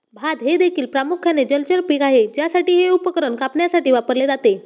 भात हे देखील प्रामुख्याने जलचर पीक आहे ज्यासाठी हे उपकरण कापण्यासाठी वापरले जाते